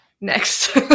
Next